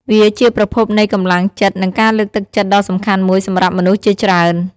វាជាប្រភពនៃកម្លាំងចិត្តនិងការលើកទឹកចិត្តដ៏សំខាន់មួយសម្រាប់មនុស្សជាច្រើន។